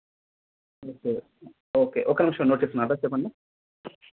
okay okay ఒక్క నిమిషం note చేసుకుంటా అడ్రస్ చెప్పండి